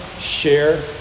share